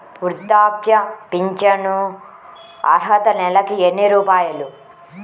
వృద్ధాప్య ఫింఛను అర్హత నెలకి ఎన్ని రూపాయలు?